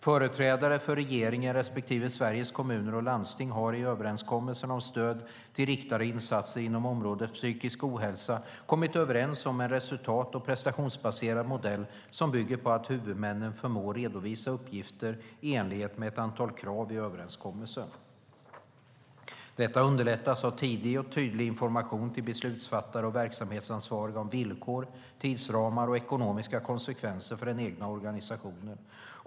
Företrädare för regeringen respektive Sveriges Kommuner och Landsting har i överenskommelsen om stöd till riktade insatser inom området psykisk ohälsa kommit överens om en resultat och prestationsbaserad modell som bygger på att huvudmännen förmår redovisa uppgifter i enlighet med ett antal krav i överenskommelsen. Detta underlättas av tidig och tydlig information till beslutsfattare och verksamhetsansvariga om villkor, tidsramar och ekonomiska konsekvenser för den egna organisationen.